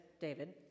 David